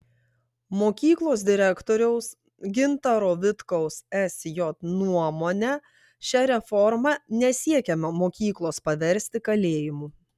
mokyklos direktoriaus gintaro vitkaus sj nuomone šia reforma nesiekiama mokyklos paversti kalėjimu